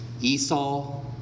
Esau